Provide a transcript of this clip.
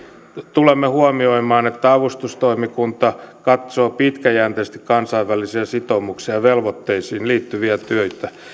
tulemme huomioimaan että avustustoimikunta katsoo pitkäjänteisesti kansainvälisiin sitoumuksiin ja velvoitteisiin liittyviä töitä